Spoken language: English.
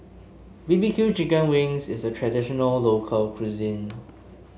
B B Q Chicken Wings is a traditional local cuisine